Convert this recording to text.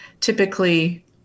Typically